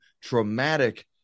traumatic